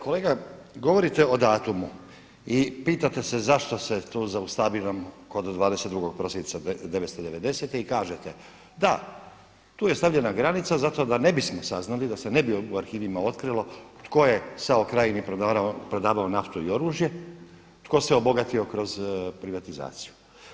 Kolega, govorite o datumu i pitate se zašto se tu zaustavljamo kod 22. prosinca 1990. i kažete, da tu je stavljena granica zato da ne bismo saznali, da se ne bi u arhivima otkrilo tko je SAO krajini prodavao naftu i oružje, tko se obogatio kroz privatizaciju.